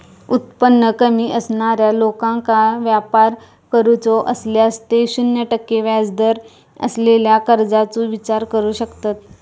उत्पन्न कमी असणाऱ्या लोकांका व्यापार करूचो असल्यास ते शून्य टक्के व्याजदर असलेल्या कर्जाचो विचार करू शकतत